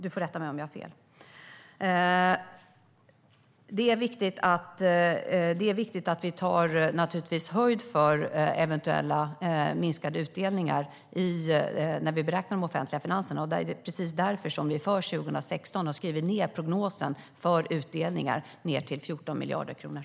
Du får rätta mig om jag har fel, Niklas Wykman. Det är viktigt att vi tar höjd för eventuella minskade utdelningar när vi beräknar de offentliga finanserna. Det är precis därför som vi för 2016 har skrivit ned prognosen för utdelningar till 14 miljarder kronor.